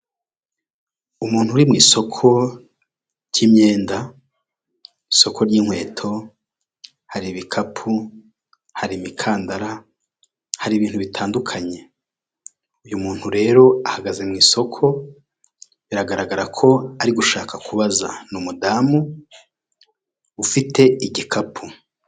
Umuntu uri mu isoko ry'imyenda isoko ry'inkweto hari ibikapu ,hari imikandara hari ibintu bitandukanye uyu muntu rero ahagaze mu isoko biragaragara ko ari gushaka kubaza ni umudamu ufite igikapu